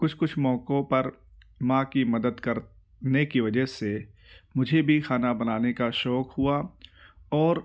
کچھ کچھ موقعوں پر ماں کی مدد کر نے کی وجہ سے مجھے بھی کھانا بنانے کا شوق ہوا اور